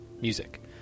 music